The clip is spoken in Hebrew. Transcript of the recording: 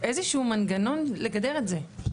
איזשהו מנגנון לגדר את זה,